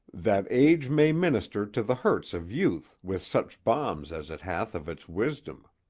that age may minister to the hurts of youth with such balms as it hath of its wisdom.